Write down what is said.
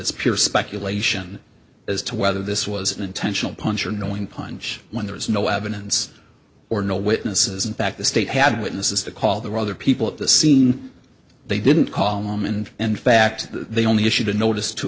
it's pure speculation as to whether this was an intentional punch or no one punch when there is no evidence or no witnesses in fact the state had witnesses to call the other people at the scene they didn't call mom and in fact they only issued a notice to